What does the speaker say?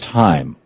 time